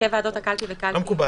הרכב ועדות הקלפי בקלפי